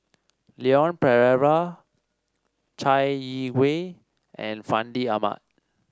Leon Perera Chai Yee Wei and Fandi Ahmad